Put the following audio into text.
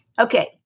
Okay